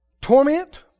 Torment